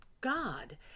God